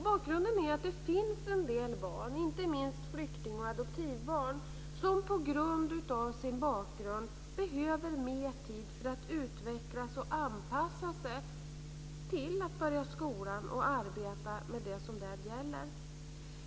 Bakgrunden är att det finns en del barn, inte minst flykting och adoptivbarn, som på grund av sin bakgrund behöver mer tid för att utvecklas och anpassa sig till att börja skolan och arbeta med det som där gäller.